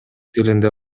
тилинде